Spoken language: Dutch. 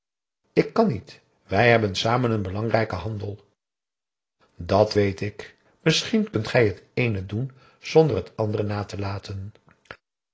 ik kan niet wij hebben samen een belangrijken handel dat weet ik misschien kunt gij het eene doen zonder het andere na te laten